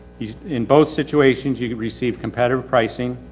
in both situations, you could receive competitive pricing.